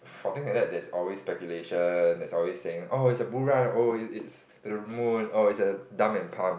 for thing like that there is always speculation there's always saying oh it's a Burah or it's a Ramon or it's a dumb and punk